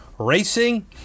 Racing